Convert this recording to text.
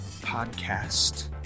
Podcast